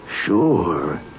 Sure